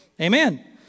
Amen